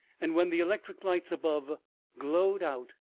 and when the electric lights above glowed out,